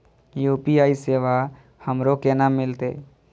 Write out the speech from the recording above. UPI सेवा हमरो केना मिलते?